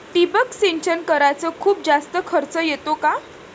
ठिबक सिंचन कराच खूप जास्त खर्च येतो का?